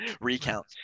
recount